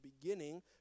beginning